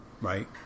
right